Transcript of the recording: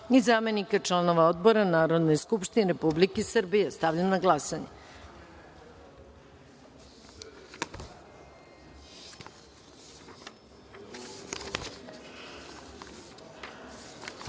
i zamenika članova Odbora Narodne skupštine Republike Srbije. Stavljam na glasanje